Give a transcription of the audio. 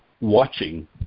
watching